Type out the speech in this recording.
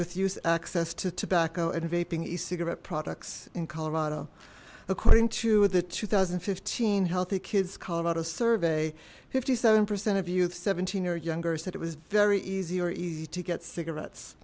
with us access to tobacco and of aping is cigarette products in colorado according to the two thousand and fifteen healthy kids colorado survey fifty seven percent of youth seventeen or younger said it was very easy or easy to get cigarettes